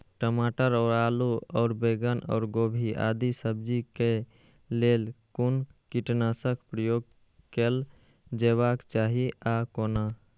टमाटर और आलू और बैंगन और गोभी आदि सब्जी केय लेल कुन कीटनाशक प्रयोग कैल जेबाक चाहि आ कोना?